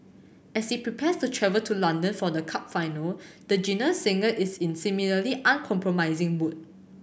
as he prepares to travel to London for the cup final the genial singer is in similarly uncompromising mood